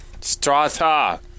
Strata